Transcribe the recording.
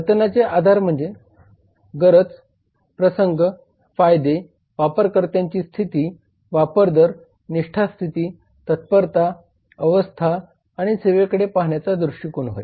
वर्तनाचे आधार म्हणजे गरज प्रसंग फायदे वापरकर्त्याची स्थिती वापर दर निष्ठा स्थिती तत्परता अवस्था आणि सेवेकडे पाहण्याचा दृष्टीकोन होय